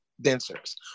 dancers